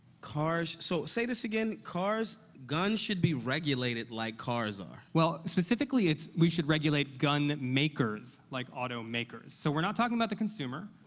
cars so, say this again. cars guns should be regulated like cars are. well, specifically, it's we should regulate gunmakers like automakers. so we're not talking about the consumer.